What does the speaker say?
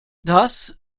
das